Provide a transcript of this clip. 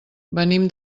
venim